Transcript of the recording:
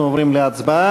אנחנו עוברים להצבעה.